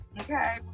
okay